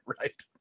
Right